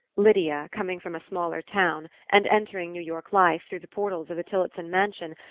lydia, coming from a smaller town, and entering new york life through the portals of the tillotson mansion,